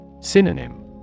Synonym